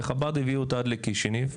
חב"ד הביאו אותה על לקישינב,